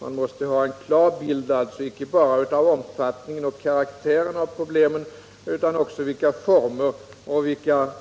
Man måste ha en klar bild icke bara av omfattningen och karaktären av problemen utan också av vilka former och